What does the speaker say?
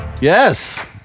Yes